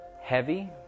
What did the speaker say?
heavy